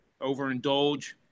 overindulge